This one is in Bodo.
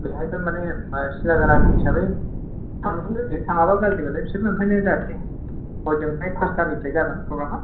बेहायबो मानि सिनाजाना दं हिसाबै थांनांगौ जायो थाङाबा गार्जि मोनो बिसोरबो ओंखायनो जाहाथे हजोंहाय पास्तानिफ्राय जागोन प्रग्रामा